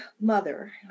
mother